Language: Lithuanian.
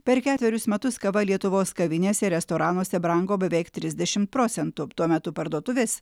per ketverius metus kava lietuvos kavinėse restoranuose brango beveik trisdešim procentų tuo metu parduotuvės